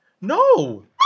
No